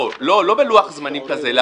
לא, לא בלוח זמנים כזה.